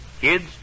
kids